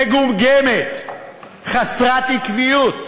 מגומגמת, חסרת עקביות.